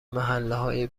محلههای